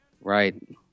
Right